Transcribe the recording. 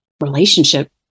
relationship